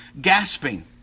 gasping